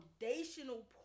foundational